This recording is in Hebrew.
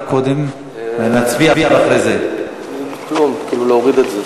קודם נצביע ואחרי זה, כלום, להוריד את זה.